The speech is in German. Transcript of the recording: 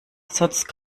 sonst